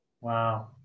Wow